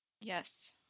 Yes